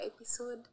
episode